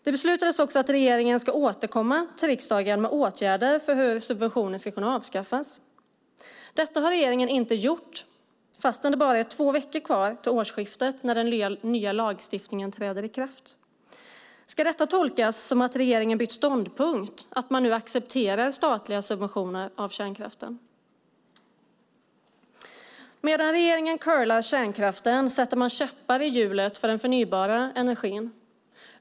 Det beslutades också att regeringen skulle återkomma till riksdagen med åtgärder för hur subventioner ska kunna avskaffas. Detta har regeringen inte gjort fastän det bara är två veckor kvar till årsskiftet när den nya lagstiftningen träder i kraft. Ska detta tolkas så att regeringen har bytt ståndpunkt och att man nu accepterar statliga subventioner till kärnkraften? Medan regeringen curlar kärnkraften sätter man käppar i hjulet för den förnybara energin.